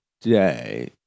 day